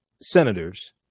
senators